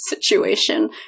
situation